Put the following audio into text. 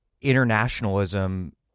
internationalism